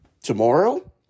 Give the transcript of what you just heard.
Tomorrow